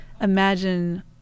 imagine